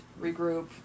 regroup